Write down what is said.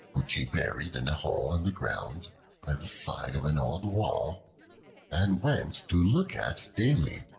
which he buried in a hole in the ground by the side of an old wall and went to look at daily.